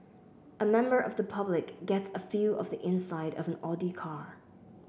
a member of the public gets a feel of the inside of an Audi car